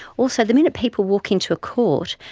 also, the minute people walk into a court,